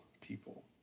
people